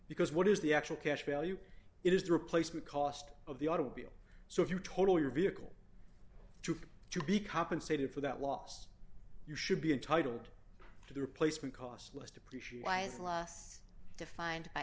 because what is the actual cash value it is the replacement cost of the automobile so if you total your vehicle to pay to be compensated for that loss you should be entitled to the replacement cost less depreciate wise last defined